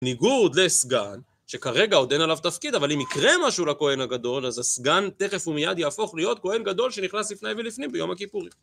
בניגוד לסגן, שכרגע עוד אין עליו תפקיד, אבל אם יקרה משהו לכהן הגדול, אז הסגן תכף ומיד יהפוך להיות כהן גדול שנכנס לפני ולפנים ביום הכיפורים.